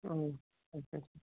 ও আচ্ছা